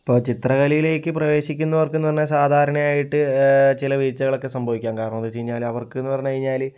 അപ്പോൾ ചിത്രകലയിലേക്ക് പ്രവേശിക്കുന്നവർക്കെന്ന് പറഞ്ഞാ സാധാരണയായിട്ട് ചില വീഴ്ചകളൊക്കെ സംഭാവിക്കാം കാരണം എന്താണെന്ന് വെച്ച് കഴിഞ്ഞാല് അവർക്കെന്ന് പറഞ്ഞു കഴിഞ്ഞാല്